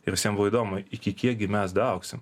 ir visiem buvo įdomu iki kiek gi mes daaugsim